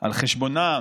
על חשבונם,